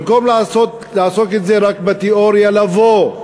במקום לעשות את זה רק בתיאוריה, לבוא.